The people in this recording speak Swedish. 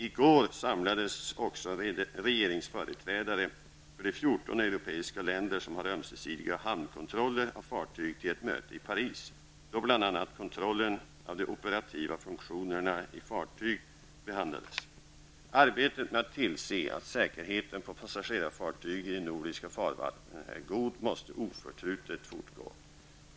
I går samlades också regeringsföreträdare för de 14 europeiska länder som har ömsesidiga hamnkontroller av fartyg till ett möte i Paris, där bl.a. kontrollen av de operativa funktionerna i ett fartyg behandlades. Arbetet med att tillse att säkerheten på passagerarfartygen i de nordiska farvattnen är god måste oförtrutet fortgå.